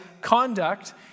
conduct